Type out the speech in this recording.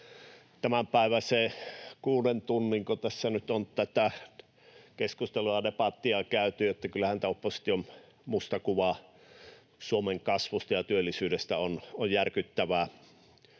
kuulijat vähenee. Kuusi tuntiako tässä nyt on tätä tämänpäiväistä keskustelua ja debattia käyty, ja kyllähän tämä opposition musta kuva Suomen kasvusta ja työllisyydestä on järkyttävää